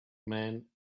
men